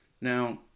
Now